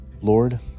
Lord